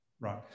Right